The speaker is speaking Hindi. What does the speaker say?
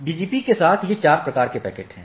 BGP के साथ ये चार प्रकार के पैकेट हैं